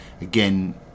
again